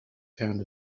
pound